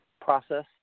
process